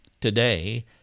Today